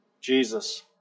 Jesus